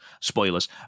Spoilers